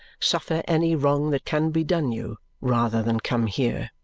suffer any wrong that can be done you rather than come here!